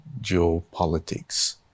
geopolitics